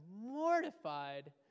mortified